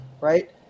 right